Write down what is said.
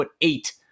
eight